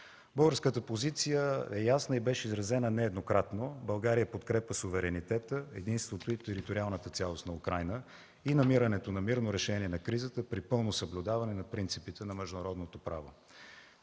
Българската позиция е ясна и беше изразена нееднократно – България подкрепя суверенитета, единството и териториалната цялост на Украйна и намирането на мирно решение на кризата при пълно съблюдаване на принципите на международното право.